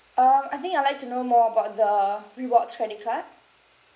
um I think I'd like to know more about the rewards credit card